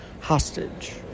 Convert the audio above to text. hostage